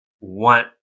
want